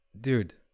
dude